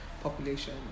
population